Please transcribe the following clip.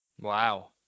Wow